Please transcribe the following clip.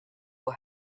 will